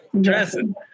Dressing